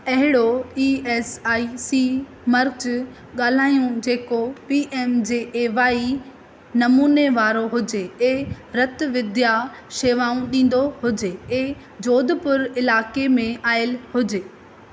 अहिड़ो E S I C मर्कज़ु ॻोल्हियूं जेको P M J A Y नमूने वारो हुजे ऐं रति विद्या शेवाऊं ॾींदो हुजे ऐं जोधपुर इलाइक़े में आयल हुजे